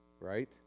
right